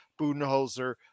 Budenholzer